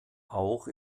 auch